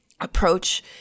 approach